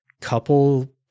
couple